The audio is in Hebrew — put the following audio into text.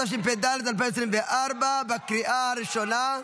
התשפ"ד 2024, בקריאה הראשונה.